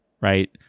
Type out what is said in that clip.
right